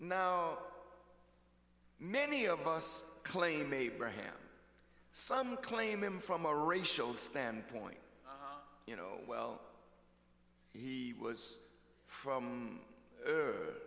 now many of us claim abraham some claim him from a racial standpoint you know well he was from